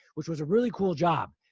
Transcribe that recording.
which was a really cool job.